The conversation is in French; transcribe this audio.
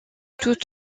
tout